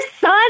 son